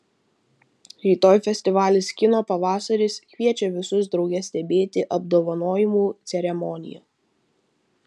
rytoj festivalis kino pavasaris kviečia visus drauge stebėti apdovanojimų ceremoniją